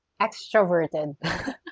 Extroverted